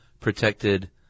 protected